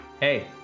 hey